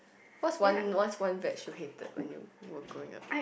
what's one what's one veg you hated when you were growing up